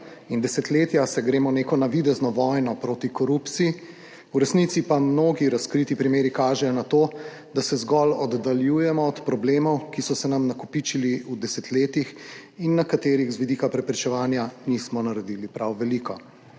in desetletja se gremo neko navidezno vojno proti korupciji, v resnici pa mnogi razkriti primeri kažejo na to, da se zgolj oddaljujemo od problemov, ki so se nam nakopičili v desetletjih in na katerih z vidika preprečevanja nismo naredili prav veliko.